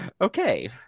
Okay